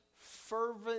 fervent